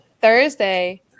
Thursday